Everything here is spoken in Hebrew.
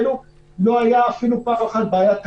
לא הייתה אפילו פעם אחת בעיית תקציב.